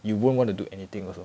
you won't want to do anything also